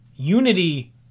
Unity